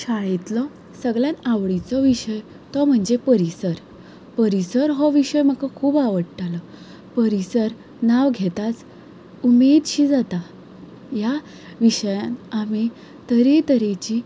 शाळेंतलो सगल्यान आवडीचो विशय तो म्हणजे परिसर परिसर हो विशय म्हाका खूब आवडटालो परिसर नांव घेताच उमेद शी जाता ह्या विशयान आमी तरेतरेची